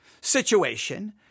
situation